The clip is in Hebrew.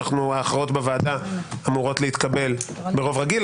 ההכרעות בוועדה אמורות להתקבל ברוב רגיל.